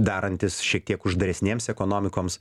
darantis šiek tiek uždaresnėms ekonomikoms